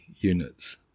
units